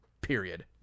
Period